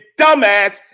dumbass